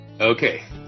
Okay